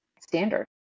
standard